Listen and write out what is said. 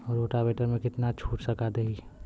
Rotavator में कितना छूट सरकार देही?